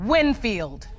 Winfield